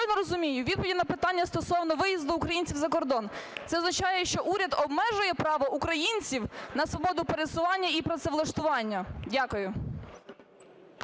розумію відповідь на питання стосовно виїзду українців за кордон, це означає, що уряд обмежує право українців на свободу пересування і працевлаштування? Дякую.